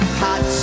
hot